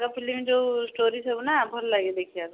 ତାଙ୍କ ଫିଲ୍ମ ଯୋଉ ଷ୍ଟୋରି ସବୁ ନା ଭଲ ଲାଗେ ଦେଖିବା ପାଇଁ